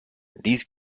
these